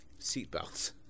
Seatbelts